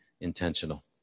intentional